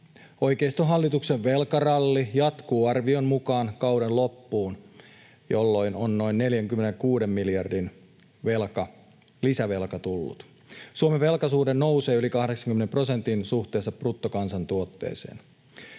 oikeistohallituksen velkaralli jatkuu arvion mukaan kauden loppuun, jolloin on noin 46 miljardin lisävelka tullut. Suomen velkasuhde nousee yli 80 prosentin suhteessa bruttokansantuotteeseen.